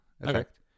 effect